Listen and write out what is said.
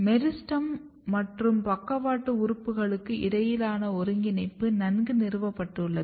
meristem மற்றும் பக்கவாட்டு உறுப்புகளுக்கு இடையிலான ஒருங்கிணைப்பு நன்கு நிறுவப்பட்டுள்ளது